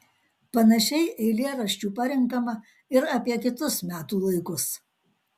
panašiai eilėraščių parenkama ir apie kitus metų laikus